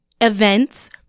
events